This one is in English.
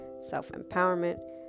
self-empowerment